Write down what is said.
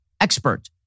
expert